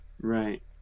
Right